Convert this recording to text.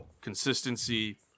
Consistency